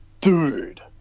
Dude